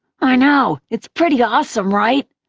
i know, it's pretty awesome, right?